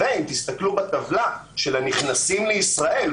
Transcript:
אם תסתכלו בטבלה של הנכנסים לישראל,